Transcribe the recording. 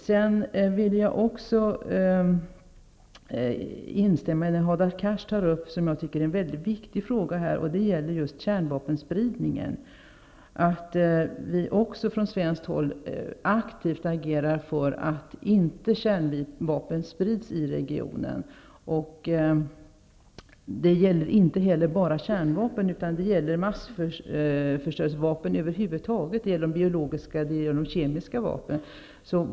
Sedan vill jag också instämma i vad Hadar Cars sade när han tog upp kärnvapenspridningen, som är en väldigt viktig fråga, nämligen att vi från svenskt håll aktivt agerar för att kärnvapen inte skall spridas i regionen. Det gäller heller inte bara kärnvapen, utan det gäller massförstörelsevapen över huvud taget, som de biologiska och de kemiska vapnen.